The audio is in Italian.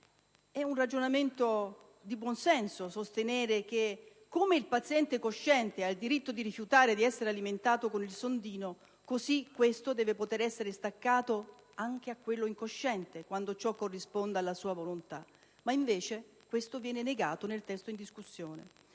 È un ragionamento di buon senso sostenere che come il paziente cosciente ha il diritto di rifiutare di essere alimentato con il sondino, così questo deve poter essere staccato anche a quello incosciente, quando ciò corrisponda alla sua volontà. Ciò viene invece negato nel testo in discussione.